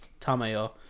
Tamayo